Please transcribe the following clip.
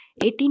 18